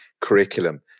curriculum